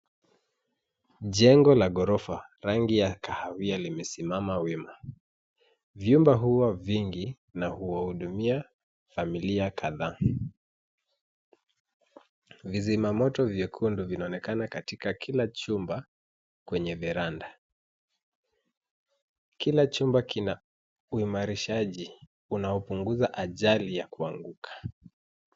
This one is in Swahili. Jengo la ghorofa, rangi ya kahawia limesimama wima. Vyumba huwa vingi na huwahudumia familia kadhaa. Vizimamoto vyekundu vinaonekana katika kila chumba kwenye veranda . Kila chumba kina uimarishaji unaopunguza ajali ya kuanguka.